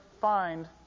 find